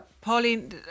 Pauline